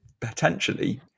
potentially